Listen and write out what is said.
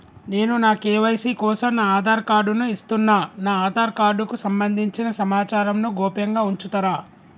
నేను నా కే.వై.సీ కోసం నా ఆధార్ కార్డు ను ఇస్తున్నా నా ఆధార్ కార్డుకు సంబంధించిన సమాచారంను గోప్యంగా ఉంచుతరా?